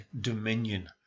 dominion